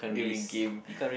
during game